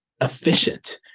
efficient